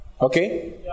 Okay